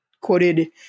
quoted